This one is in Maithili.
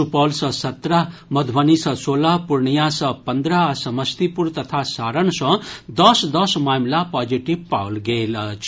सुपौल सँ सत्रह मध्रबनी सँ सोलह पूर्णिया सँ पंद्रह आ समस्तीपुर तथा सारण सँ दस दस मामिला पॉजिटिव पाओल गेल अछि